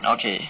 okay